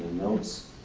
notes